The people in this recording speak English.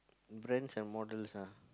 brands and models ah